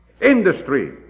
industry